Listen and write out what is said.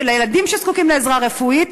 של הילדים שזקוקים לעזרה רפואית?